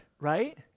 right